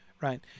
right